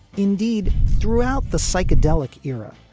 indeed, throughout the psychedelic era,